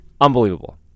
Unbelievable